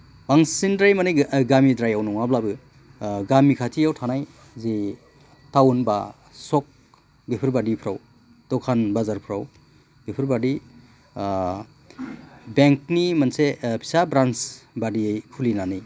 बांसिनद्राय मानि गामिद्रायाव नङाब्लाबो गामि खाथियाव थानाय जे थाउन बा सक बेफोरबादिफ्राव दखान बाजारफ्राव बेफोरबादि बेंकनि मोनसे फिसा ब्रान्स बादियै खुलिनानै